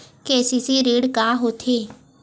KCC ऋण का होथे?